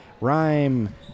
Rhyme